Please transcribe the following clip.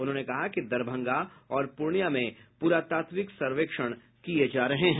उन्होंने कहा कि दरभंगा और पूर्णिया में प्रातात्विक सर्वेक्षण किए जा रहे हैं